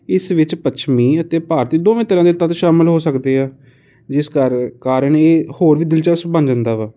ਇਸ ਵਿੱਚ ਪੱਛਮੀ ਅਤੇ ਭਾਰਤੀ ਦੋਵੇਂ ਤਰ੍ਹਾਂ ਦੇ ਤੱਤ ਸ਼ਾਮਿਲ ਹੋ ਸਕਦੇ ਆ ਜਿਸ ਕਰ ਕਾਰਨ ਇਹ ਹੋਰ ਵੀ ਦਿਲਚਸਪ ਬਣ ਜਾਂਦਾ ਵਾ